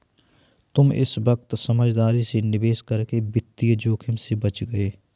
तुम इस वक्त समझदारी से निवेश करके वित्तीय जोखिम से बच गए